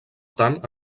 tant